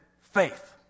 faith